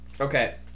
Okay